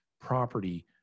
property